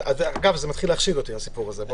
אגב, זה מתחיל להחשיד אותי הסיפור הזה...